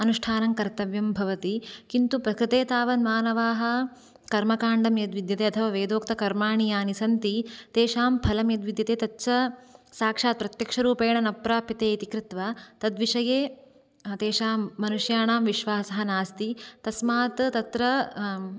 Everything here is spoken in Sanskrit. अनुष्ठानं कर्तव्यं भवति किन्तु प्रकृते तावत् मानवाः कर्मकाण्डं यद्विद्यते अथवा वेदोक्तकर्माणि यानि सन्ति तेषां फलं यद्विद्यते तच्च साक्षात् प्रत्यक्षरूपेण न प्राप्यते इति कृत्वा तद्विषये तेषां मनुष्याणां विश्वासः नास्ति तस्मात् तत्र